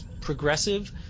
progressive